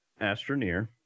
astroneer